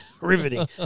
Riveting